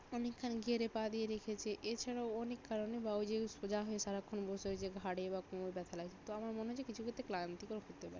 অনেকক্ষণ গিয়ারে পা দিয়ে রেখেছে এছাড়াও অনেক কারণে বা ওই যে সোজা হয়ে সারাক্ষণ বসে রয়েছে ঘাড়ে বা কোমরে ব্যথা লাগছে তো আমার মনে হয়েছে কিছু ক্ষেত্রে ক্লান্তিকর হতে পারে